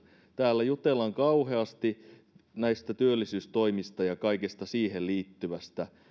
täällä jutellaan kauheasti näistä työllisyystoimista ja kaikesta siihen liittyvästä